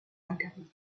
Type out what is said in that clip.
d’intervenir